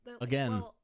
Again